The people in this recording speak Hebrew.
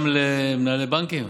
גם למנהלי בנקים?